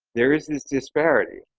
there is this disparity